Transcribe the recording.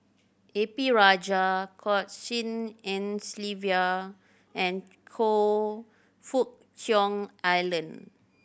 A P Rajah Goh Tshin En Sylvia and Choe Fook Cheong Alan